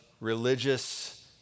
religious